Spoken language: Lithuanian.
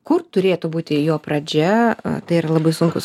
kur turėtų būti jo pradžia tai yra labai sunkus